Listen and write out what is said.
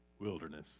Wilderness